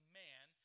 man